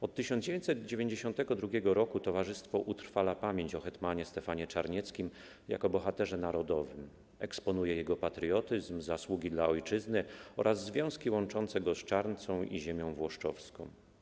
Od 1992 r. towarzystwo utrwala pamięć o hetmanie Stefanie Czarnieckim jako bohaterze narodowym, eksponuje jego patriotyzm i zasługi dla ojczyzny oraz związki łączące go z Czarncą i ziemią włoszczowską.